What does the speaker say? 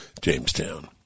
Jamestown